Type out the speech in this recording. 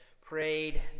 prayed